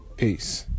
Peace